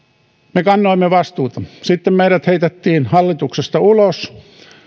me kannoimme vastuuta sitten meidät heitettiin hallituksesta ulos